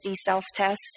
self-test